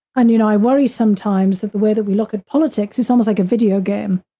and you know, i worry sometimes that the way that we look at politics, it's almost like a video game.